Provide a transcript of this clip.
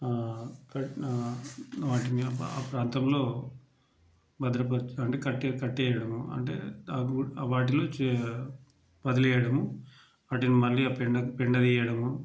pay వాటిని ప్రాంతంలో భద్రపరిచి అంటే కట్టే కట్టేయడము అంటే అపు వాటిల్లో చే వదిలేయడము వాటిని మళ్ళీ పెండ పెండ తీయడము